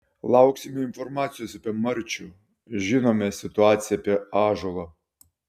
lauksime informacijos apie marčių žinome situaciją apie ąžuolą